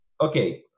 okay